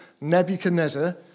Nebuchadnezzar